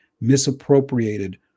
misappropriated